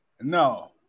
No